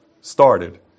started